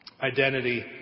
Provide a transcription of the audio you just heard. identity